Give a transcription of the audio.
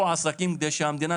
שנתיים?